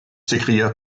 s’écria